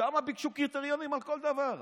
שם ביקשו קריטריונים על כל דבר.